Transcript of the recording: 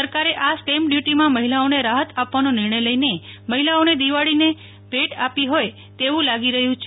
સરકારે આ સ્ટેમ્પ ડ્યુટીમાં મફિલાઓને રાફત આપવાનો નિર્ણય લઇને મફિલાઓને દિવાળીને ભેટ આપી જોય તેવું લાગી રહ્યું છે